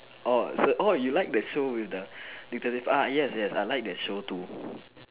orh so orh you like the show with the detective ah yes yes I like that show too